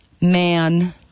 man